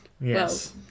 Yes